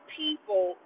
people